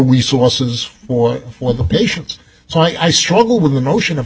resources more for the patients so i struggle with the notion of